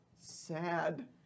Sad